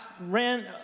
ran